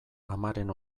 amaren